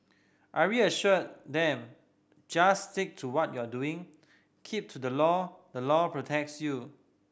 I real assured them just stick to what you are doing keep to the law the law protects you